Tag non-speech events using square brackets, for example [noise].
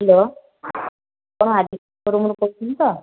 hello [unintelligible] କହୁଛନ୍ତି ତ